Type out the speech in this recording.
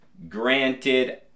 Granted